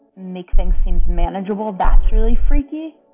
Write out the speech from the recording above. make things seems manageable. that's really freaky.